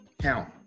count